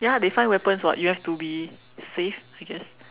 ya they find weapons [what] you have to be safe I guess